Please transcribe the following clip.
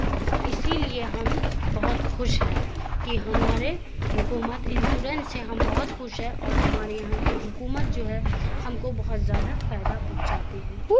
اسی لیے ہم بہت خوش ہیں کہ ہمارے حکومت انسورنس سے ہم بہت خوش ہے اور ہمارے یہاں کے حکومت جو ہے ہم کو بہت زیادہ فائدہ پہنچاتے ہیں